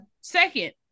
Second